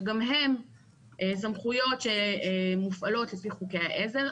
שגם הן סמכויות שמופעלות לפי חוקי העזר,